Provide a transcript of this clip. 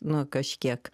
nu kažkiek